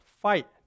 fight